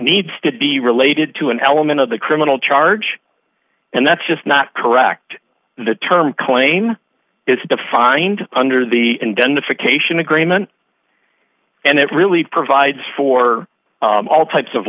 needs to be related to an element of the criminal charge and that's just not correct the term claim is defined under the indemnification agreement and it really provides for all types of